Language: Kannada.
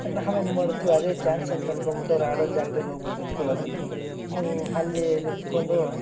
ನಾವೇನು ಮಾಡ್ತೀವಿ ಅದೇ ಚಾನ್ಸ್ ಅಂತ ಅನ್ಕೊಂಬಿಟ್ಟು ಅವ್ರು ಆಡೊ ಜಾಗ್ದಲ್ಲಿ ಹೋಗ್ಬುಟ್ಟು ನಿಂತ್ಕೊಳ್ಳೋದು ಅಲ್ಲಿ ನಿಂತ್ಕೊಂಡು